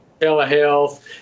telehealth